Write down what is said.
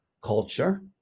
culture